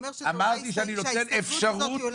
אמרתי שאני נותן לשר אפשרות.